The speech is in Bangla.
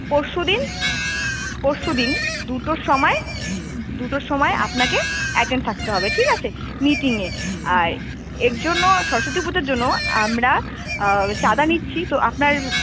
পরশু দিন পরশু দিন দুটোর সময় দুটোর সময় আপনাকে অ্যাটেন্ড থাকতে হবে ঠিক আছে মিটিংয়ে আর এর জন্য সরস্বতী পুজোর জন্য আমরা চাঁদা নিচ্ছি তো আপনার